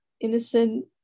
innocent